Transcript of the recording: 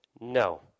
no